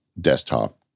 desktop